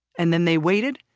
and then they waited.